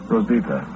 Rosita